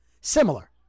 Similar